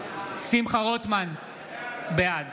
בעד